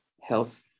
health